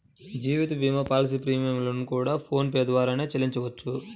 జీవిత భీమా పాలసీల ప్రీమియం లను కూడా ఫోన్ పే ద్వారానే చెల్లించవచ్చు